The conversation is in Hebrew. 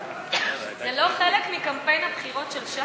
זה לא חלק מקמפיין הבחירות של ש"ס?